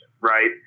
right